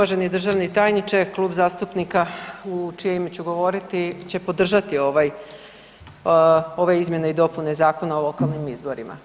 Uvaženi državni tajniče, Klub zastupnika u čije ime ću govoriti će podržati ove izmjene i dopune Zakona o lokalnim izborima.